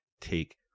Take